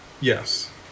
Yes